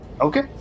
Okay